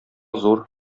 зур